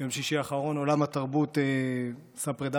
ביום שישי האחרון עולם התרבות עשה פרדה